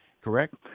Correct